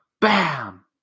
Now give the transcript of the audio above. bam